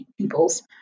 peoples